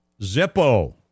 Zippo